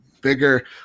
bigger